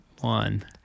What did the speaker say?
one